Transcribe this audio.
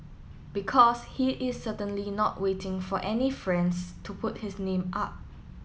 because he is certainly not waiting for any friends to put his name up